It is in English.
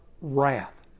wrath